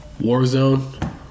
Warzone